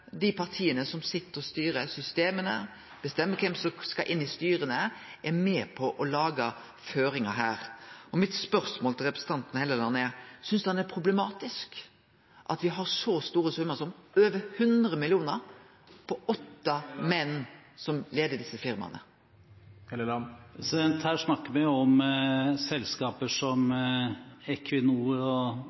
dei partia som sit og styrer systema og bestemmer kven som skal inn i styra, er med på å lage føringar her. Mitt spørsmål til representanten Helleland er: Synest han det er problematisk at me har så store summar som over 100 mill. kr på åtte menn som leiar desse firmaa? Vi snakker om selskaper som Equinor – tidligere Statoil – og de virkelig store lokomotivene i norsk industri, og